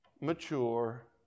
mature